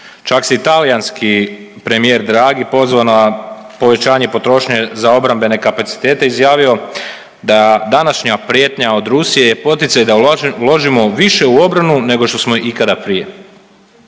Čak se i talijanski premijer Draghi pozvao na povećanje potrošnje za obrambene kapacitete, izjavio da današnja prijetnja od Rusije je poticaj da uložimo više u obranu nego što smo ikada prije.